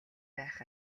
байх